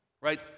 right